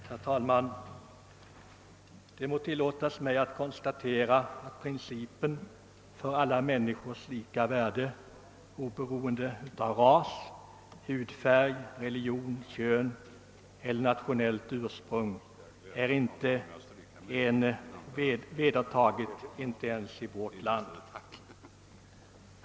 Herr talman! Det må tillåtas mig att konstatera att principen om alla människors lika värde oberoende av ras, hudfärg, religion, kön eller nationellt ursprung inte är vedertagen, inte ens i vårt land.